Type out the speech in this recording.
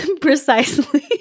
precisely